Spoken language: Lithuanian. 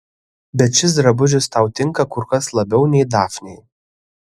bet šis drabužis tau tinka kur kas labiau nei dafnei